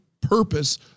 purpose